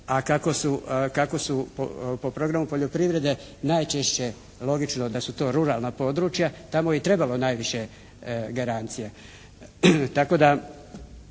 kako su po programu poljoprivrede najčešće logično da su to ruralna područja tamo je i trebalo najviše garancija.